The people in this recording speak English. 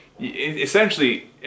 Essentially